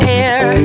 air